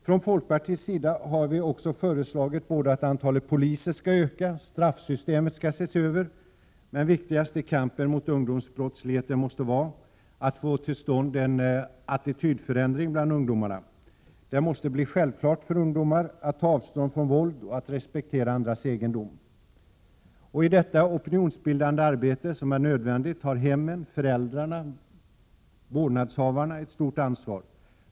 Från folkpartiets sida har vi föreslagit både att antalet poliser skall öka och att straffsystemet skall ses över. Men viktigast i kampen mot ungdomsbrottsligheten måste vara att få till stånd en attitydförändring bland ungdomarna. Det måste bli självklart för ungdomar att ta avstånd från våld och att respektera andras egendom. I detta opinionsbildande arbete, som är nödvändigt, har hemmen, föräldrarna, vårdnadshavarna ett stort ansvar.